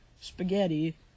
spaghetti